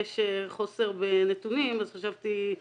שיש חוסר בנתונים, אז חשבתי להציג את הנתונים.